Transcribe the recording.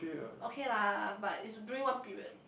okay lah but it's during one period